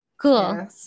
cool